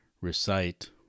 recite